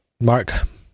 Mark